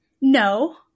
no